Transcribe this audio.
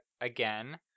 again